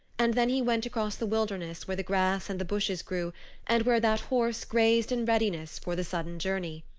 and then he went across the wilderness where the grass and the bushes grew and where that horse grazed in readiness for the sudden journey.